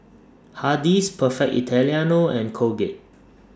Hardy's Perfect Italiano and Colgate